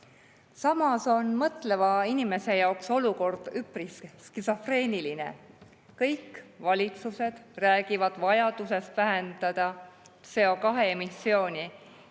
siis on mõtleva inimese jaoks olukord üpriski skisofreeniline. Kõik valitsused räägivad vajadusest vähendada CO2emissiooni,